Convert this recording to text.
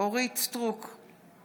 אורית מלכה סטרוק,